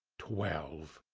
twelve!